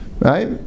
Right